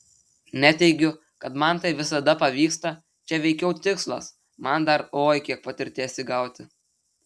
neteigiu kad man tai visada pavyksta čia veikiau tikslas man dar oi kiek patirties įgauti